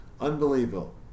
unbelievable